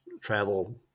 travel